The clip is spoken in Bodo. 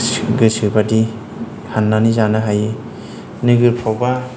गोसोबादि हाननानै जानो हायो नोगोरफोरावबा